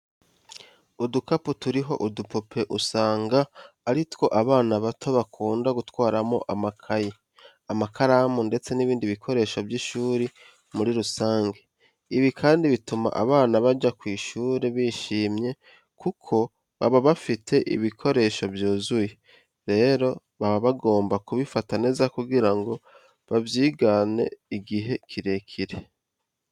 Udukapu turiho udupupe usanga ari two abana bato bakunda gutwaramo amakayi, amakaramu ndetse n'ibindi bikoresho by'ishuri muri rusange. Ibi kandi bituma abana bajya ku ishuri bishimye kuko baba bafite ibikoresho byuzuye. Rero baba bagomba kubifata neza kugira ngo babyigane igihe kirekire.